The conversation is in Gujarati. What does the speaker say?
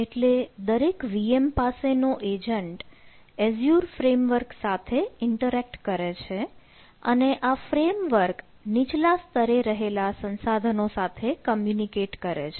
એટલે દરેક VM પાસે નો એજન્ટ એઝ્યુર ફ્રેમવર્ક સાથે ઇન્ટરેક્ટ કરે છે અને આ ફ્રેમવર્ક નીચલા સ્તરે રહેલા સંસાધનો સાથે કમ્યુનિકેટ કરે છે